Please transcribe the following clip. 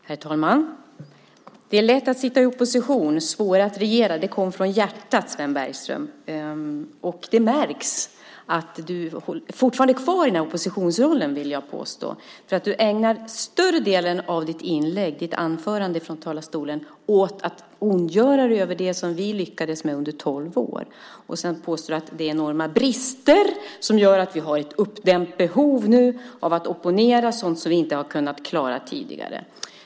Herr talman! Det är lätt att sitta i opposition, svårare att regera. Det kom från hjärtat, Sven Bergström. Det märks att du fortfarande är kvar i oppositionsrollen, vill jag påstå. Du ägnar större delen av ditt anförande från talarstolen åt att ondgöra dig över det som vi lyckades med under tolv år. Sedan påstår du att det är enorma brister som gör att vi har ett uppdämt behov av att opponera mot sådant som vi inte har kunnat klara tidigare.